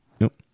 Nope